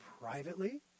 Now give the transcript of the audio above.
privately